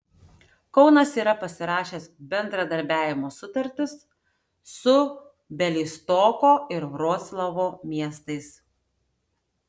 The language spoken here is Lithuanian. kaunas yra pasirašęs bendradarbiavimo sutartis su bialystoko ir vroclavo miestais